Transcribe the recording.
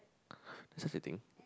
there's such a thing